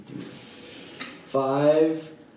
five